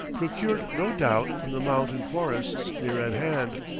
procured, no doubt, from the mountain forests near at hand.